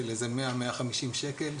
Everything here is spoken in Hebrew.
של איזה 100-150 שקל,